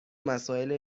مسائل